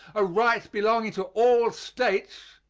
a right belonging to all states,